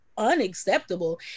unacceptable